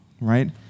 right